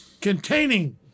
containing